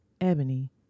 ebony